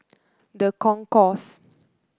The Concourse